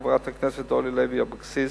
חברת הכנסת אורלי לוי אבקסיס,